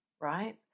right